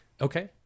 okay